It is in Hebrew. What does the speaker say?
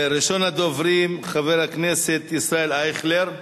ראשון הדוברים, חבר הכנסת ישראל אייכלר,